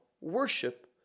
worship